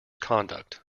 conduct